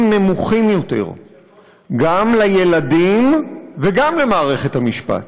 נמוכים יותר גם לילדים וגם למערכת המשפט.